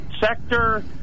sector